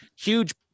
huge